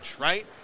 right